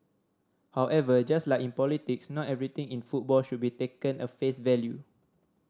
however just like in politics not everything in football should be taken at face value